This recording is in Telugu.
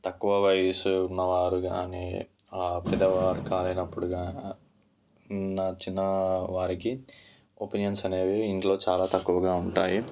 తక్కువ వయసు ఉన్నవారు కానీ పెద్దవారు కాలేనప్పుడు కానీ నా చిన్నవారికి ఒపీనియన్స్ అనేవి ఇంట్లో చాలా తక్కువగా ఉంటాయి